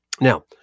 Now